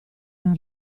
una